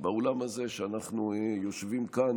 באולם הזה שאנחנו יושבים בו,